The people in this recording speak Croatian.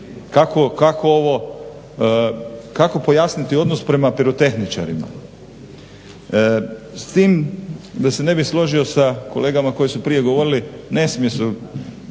Kako pojasniti odnos prema pirotehničarima? S tim da se ne bih složio sa kolegama koji su prije govorili, ne smije se,